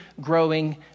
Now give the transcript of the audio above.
growing